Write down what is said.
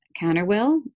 counterwill